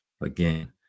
Again